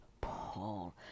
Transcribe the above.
Paul